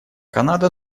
канада